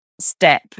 step